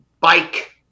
bike